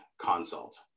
consult